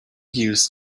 used